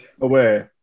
Away